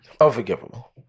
Unforgivable